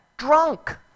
drunk